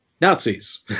Nazis